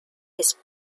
his